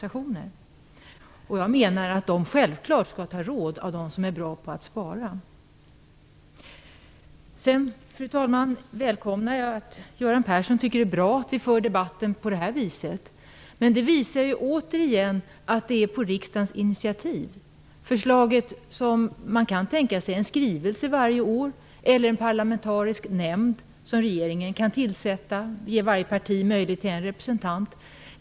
Jag menar självfallet också att de skall ta råd från dem som är bra på att spara. Jag välkomnar vidare, fru talman, att Göran Persson tycker att det är bra att vi för debatten på det här viset, men det sker återigen på riksdagens initiativ. Man kan tänka sig en skrivelse varje år eller en av regeringen tillsatt parlamentarisk nämnd, där varje parti ges möjlighet att få en representant.